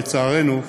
לצערנו,